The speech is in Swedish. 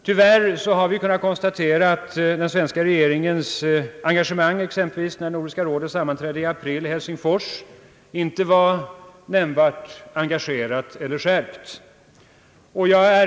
Tyvärr har vi kunnat konstatera att den svenska regeringens framträdande exempelvis när Nordiska rådet sammanträdde i Helsingfors inte var nämnvärt engagerat eller skärpt.